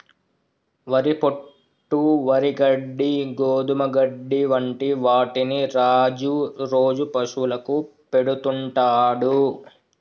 వరి పొట్టు, వరి గడ్డి, గోధుమ గడ్డి వంటి వాటిని రాజు రోజు పశువులకు పెడుతుంటాడు